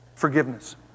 Forgiveness